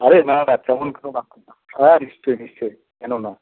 আরে না না তেমন কোনো ব্যাপার না হ্যাঁ নিশ্চয়ই নিশ্চয়ই কেন না